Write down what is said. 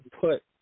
put